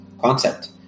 concept